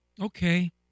Okay